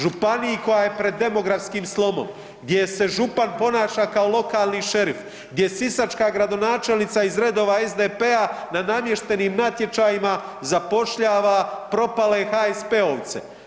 Županiji koja je pred demografskim slomom, gdje se župan ponaša kao lokalni šerif, gdje sisačka gradonačelnica iz redova SDP-a na namještenim natječajima zapošljava propale HSP-ovce.